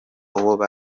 ubwo